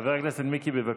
חבר הכנסת מיקי, בבקשה.